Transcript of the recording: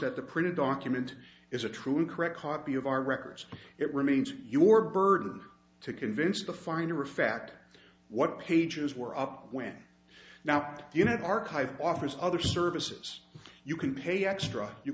that the printed document is a true and correct copy of our records it remains your burden to convince the finder of fact what pages were up when now you have archived offers other services you can pay extra you